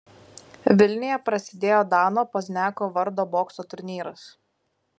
vilniuje prasidėjo dano pozniako vardo bokso turnyras